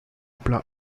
plat